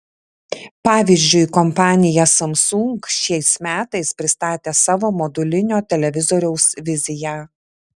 pavyzdžiui kompanija samsung šiais metais pristatė savo modulinio televizoriaus viziją